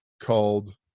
called